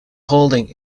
holding